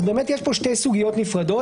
אז באמת יש פה שתי סוגיות נפרדות.